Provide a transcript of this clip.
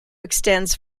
extends